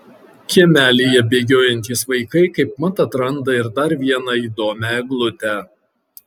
kiemelyje bėgiojantys vaikai kaip mat atranda ir dar vieną įdomią eglutę